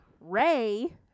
Ray